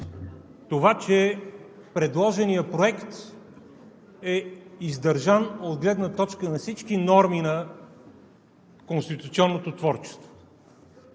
това, че предложеният проект е издържан от гледна точка на всички норми на конституционното творчество.